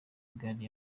gari